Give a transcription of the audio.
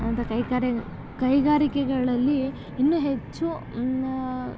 ಕೈಕರ್ಯ ಕೈಗಾರಿಕೆಗಳಲ್ಲಿ ಇನ್ನೂ ಹೆಚ್ಚು ಇನ್ನು